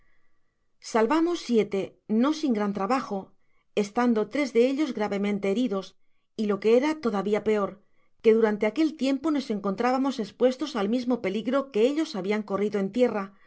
salvamos siete no sin gran trabajo estando tres de ellos gravemente heridos y lo que era todavia peor qoe durante aquel tiempo nos encontrábamos espuestos a mismo peligro que ellos habian corrido en tierra